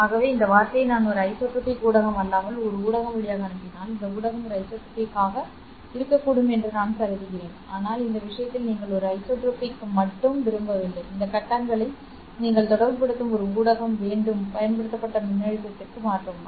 ஆகவே இந்த வார்த்தையை நான் ஒரு ஐசோட்ரோபிக் ஊடகம் அல்லாமல் ஒரு ஊடகம் வழியாக அனுப்பினால் இந்த ஊடகம் ஒரு ஐசோட்ரோபிக் ஆக இருக்கக்கூடும் என்று நான் கருதுகிறேன் ஆனால் இந்த விஷயத்தில் நீங்கள் ஒரு ஐசோட்ரோபிக் மட்டும் விரும்பவில்லை இந்த கட்டங்களை நீங்கள் தொடர்புபடுத்தும் ஒரு ஊடகம் வேண்டும் பயன்படுத்தப்பட்ட மின்னழுத்தத்திற்கு மாற்றவும்